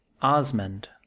osmond